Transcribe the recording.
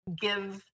give